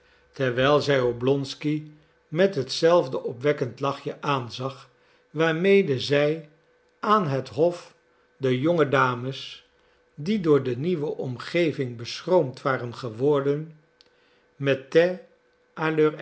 terwijl zij oblonsky met hetzelfde opwekkend lachje aanzag waarmede zij aan het hof de jonge dames die door de nieuwe omgeving beschroomd waren geworden